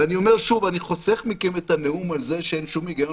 ואני חוסך מכם את הנאום על זה שאין שום היגיון